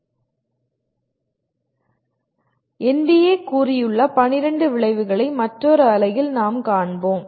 NBA கூறியுள்ள 12 விளைவுகளை மற்றொரு அலகில் நாம் காண்போம்